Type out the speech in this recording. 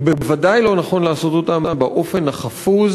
ובוודאי לא נכון לעשות אותם באופן החפוז